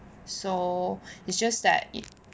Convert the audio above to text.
so it's just that it